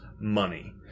money